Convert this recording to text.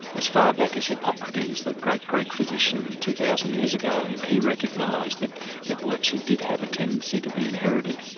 as far back as hippocrates, that great greek physician two thousand years ago, he recognised that epilepsy did have a tendency to be inherited.